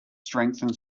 strengthen